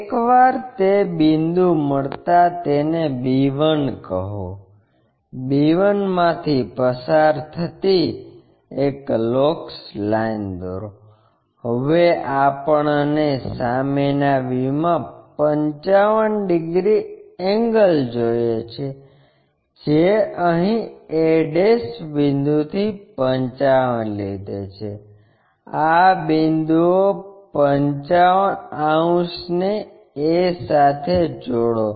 એકવાર તે બિંદુ મળતાં તેને b 1 કહો b 1 માંથી પસાર થતિ એક લોકસ લાઇન દોરો હવે આપણને સામેના વ્યૂમાં 55 ડિગ્રી એંગલ જોઈએ છે જે અહીં a બિંદુથી 55 લીધેલ છે આ બિંદુઓ 55° ને a સાથે જોડો